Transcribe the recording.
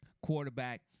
quarterback